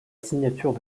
signature